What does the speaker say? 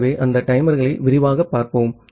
ஆகவே அந்த டைமர்களை விரிவாகப் பார்ப்போம்